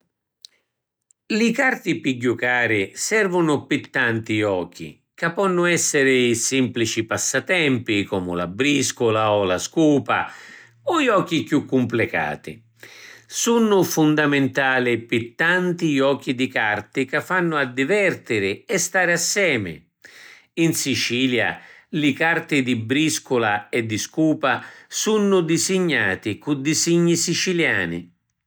Li carti pi jucari servunu pi tanti jochi, ca ponnu essiri simplici passatempi comu la briscula o la scupa, o jochi chiù cumplicati. Sunnu fundamentali pi tanti jochi di carti ca fannu addivertiri e stari assemi. In Sicilia li carti di briscula e di scupa sunnu disignati cu disigni siciliani.